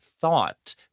thought